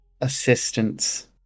assistance